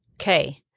Okay